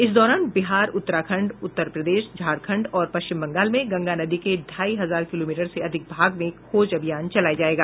इस दौरान बिहार उत्तराखण्ड उत्तर प्रदेश झारखण्ड और पश्चिम बंगाल में गंगा नदी के ढाई हजार किलोमीटर से अधिक भाग में खोज अभियान चलाया जाएगा